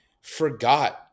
forgot